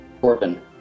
Corbin